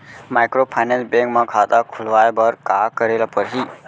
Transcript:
Microfinance bank म खाता खोलवाय बर का करे ल परही?